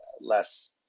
less